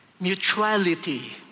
mutuality